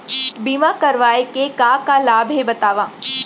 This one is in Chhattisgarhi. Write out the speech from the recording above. बीमा करवाय के का का लाभ हे बतावव?